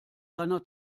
seiner